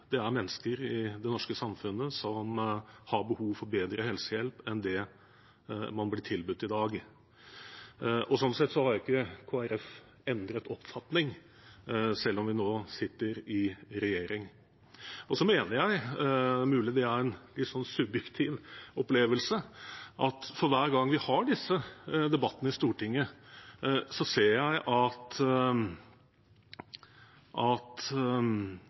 det er mennesker i det norske samfunnet som har behov for bedre helsehjelp enn det de blir tilbudt i dag. Sånn sett har ikke Kristelig Folkeparti endret oppfatning, selv om vi nå sitter i regjering. Det er mulig det er en subjektiv opplevelse, men jeg ser at for hver gang vi har disse debattene i Stortinget, så